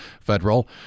federal